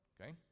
okay